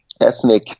ethnic